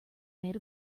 made